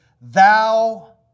Thou